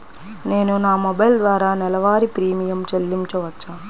నేను నా మొబైల్ ద్వారా నెలవారీ ప్రీమియం చెల్లించవచ్చా?